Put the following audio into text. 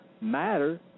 matter